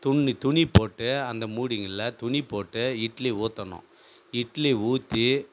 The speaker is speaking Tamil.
துணி துணி போட்டு அந்த மூடிங்களில் துணி போட்டு இட்லி ஊற்றணும் இட்லி ஊற்றி